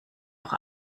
auch